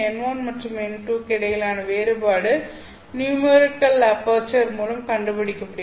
n1 மற்றும் n2 க்கு இடையிலான வேறுபாடு நியூமெரிக்கல் அபெர்ச்சர் மூலம் கண்டுபிடிக்கப்படுகிறது